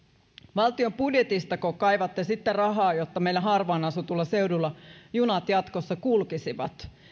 valtion budjetistako kaivatte sitten rahaa jotta meillä harvaan asutuilla seuduilla junat jatkossa kulkisivat